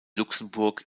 luxemburg